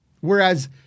Whereas